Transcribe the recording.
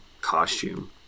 costume